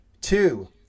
Two